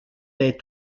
les